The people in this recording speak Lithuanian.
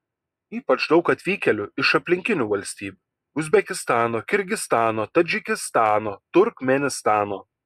ypač daug atvykėlių iš aplinkinių valstybių uzbekistano kirgizstano tadžikistano turkmėnistano